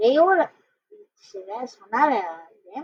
שהפריעו לתושבי השכונה להרדם